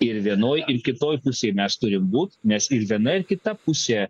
ir vienoj ir kitoj pusėj mes turim būt nes ir viena ir kita pusė